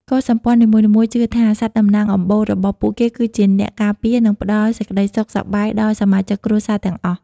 កុលសម្ព័ន្ធនីមួយៗជឿថា សត្វតំណាងអំបូររបស់ពួកគេគឺជាអ្នកការពារ និងផ្តល់សេចក្តីសុខសប្បាយដល់សមាជិកគ្រួសារទាំងអស់។